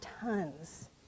tons